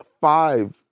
five